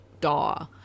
DAW